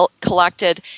collected